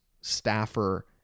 staffer